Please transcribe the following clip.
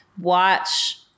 watch